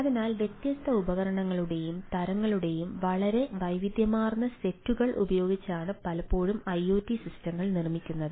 അതിനാൽ വ്യത്യസ്ത ഉപകരണങ്ങളുടെയും തരങ്ങളുടെയും വളരെ വൈവിധ്യമാർന്ന സെറ്റുകൾ ഉപയോഗിച്ചാണ് പലപ്പോഴും ഐഒടി സിസ്റ്റങ്ങൾ നിർമ്മിക്കുന്നത്